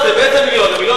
באיזה מיליון?